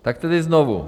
Tak tedy znovu.